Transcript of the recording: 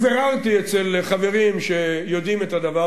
וביררתי אצל חברים שיודעים את הדבר,